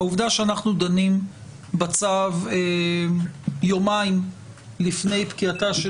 העובדה שאנחנו דנים בצו יומיים לפני פקיעתה של